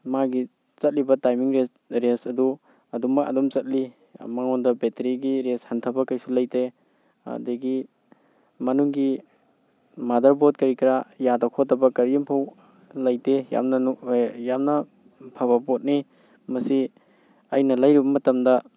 ꯃꯥꯒꯤ ꯆꯠꯂꯤꯕ timing range ꯑꯗꯨ ꯑꯗꯨꯃꯛ ꯑꯗꯨꯝ ꯆꯠꯂꯤ ꯃꯥꯉꯣꯟꯗ ꯕꯦꯇꯔꯤꯒꯤ ꯔꯦꯟꯁ ꯍꯟꯊꯕ ꯀꯩꯁꯨ ꯂꯩꯇꯦ ꯑꯗꯨꯗꯒꯤ ꯃꯅꯨꯡꯒꯤ ꯃꯥꯗꯔꯕꯣꯔꯠ ꯀꯔꯤ ꯀꯔꯥ ꯌꯥꯗ ꯈꯣꯠꯇꯕ ꯀꯔꯤꯝꯐꯥꯎ ꯂꯩꯇꯦ ꯌꯥꯝꯅ ꯌꯥꯝꯅ ꯐꯕ ꯄꯣꯠꯅꯤ ꯃꯁꯤ ꯑꯩꯅ ꯂꯩꯔꯨꯕ ꯃꯇꯝꯗ